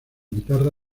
guitarra